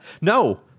no